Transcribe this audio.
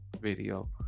video